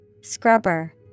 Scrubber